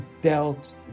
dealt